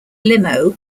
limo